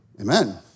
Amen